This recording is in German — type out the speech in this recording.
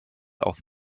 auf